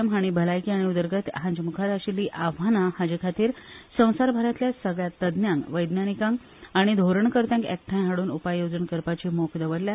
एम हांणी भलायकी आनी उदगरत यांचेमुखार आशिल्ली आव्हाना हाचेखातीर संसारभरातल्या सगल्या तज्ञांक वैज्ञानीकांक आनी धोरणकत्यांक एकठांय हाडून उपाय येवजण करपाची मोख दवरल्या